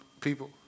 people